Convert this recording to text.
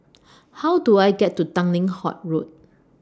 How Do I get to Tanglin Halt Road